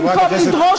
במקום לדרוש,